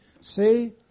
See